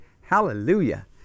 hallelujah